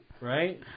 right